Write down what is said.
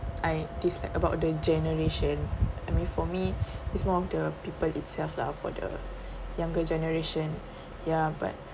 I dislike about the generation I mean for me is more of the people itself lah for the younger generation ya but